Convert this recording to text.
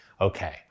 Okay